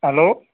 hello